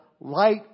light